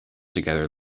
together